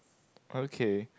okay